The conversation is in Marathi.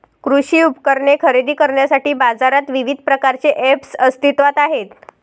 कृषी उपकरणे खरेदी करण्यासाठी बाजारात विविध प्रकारचे ऐप्स अस्तित्त्वात आहेत